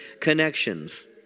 connections